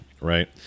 Right